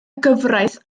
gyfraith